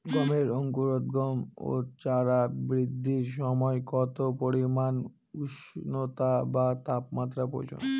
গমের অঙ্কুরোদগম ও চারা বৃদ্ধির সময় কত পরিমান উষ্ণতা বা তাপমাত্রা প্রয়োজন?